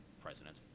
president